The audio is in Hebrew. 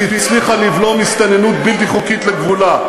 שהצליחה לבלום הסתננות בלתי חוקית לגבולה.